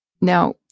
Now